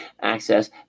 access